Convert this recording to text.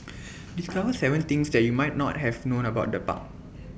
discover Seven things you might not have known about the park